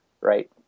right